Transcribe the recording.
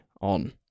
on